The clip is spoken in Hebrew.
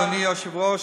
אדוני היושב-ראש,